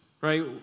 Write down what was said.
right